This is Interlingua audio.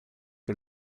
que